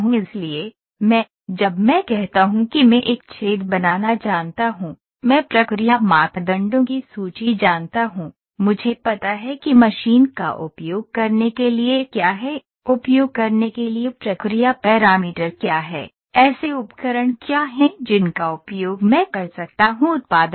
इसलिए मैं जब मैं कहता हूं कि मैं एक छेद बनाना जानता हूं मैं प्रक्रिया मापदंडों की सूची जानता हूं मुझे पता है कि मशीन का उपयोग करने के लिए क्या है उपयोग करने के लिए प्रक्रिया पैरामीटर क्या है ऐसे उपकरण क्या हैं जिनका उपयोग मैं कर सकता हूं उत्पादन